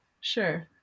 sure